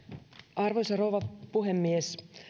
arvoisa rouva puhemies